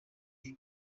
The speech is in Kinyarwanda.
bya